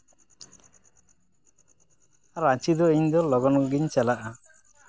ᱨᱟᱺᱪᱤ ᱫᱚ ᱤᱧ ᱫᱚ ᱞᱚᱜᱚᱱᱜᱮᱧ ᱪᱟᱞᱟᱜᱼᱟ